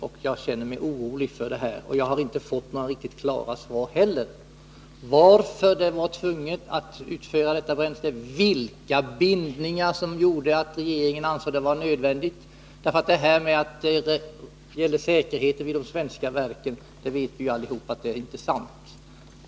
Jag har inte heller fått några riktigt klara svar på frågan, varför det var nödvändigt att utföra detta bränsle, vilka bindningar som gjorde att regeringen ansåg att det var nödvändigt. Vi vet ju alla att påståendet att det gällde säkerheten vid de svenska verken inte är sant.